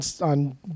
on